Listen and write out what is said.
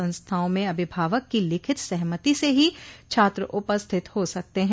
संस्थाओं में अभिभावक की लिखित सहमति से ही छात्र उपस्थित हो सकते हैं